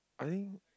I think